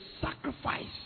sacrifice